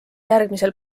järgmisel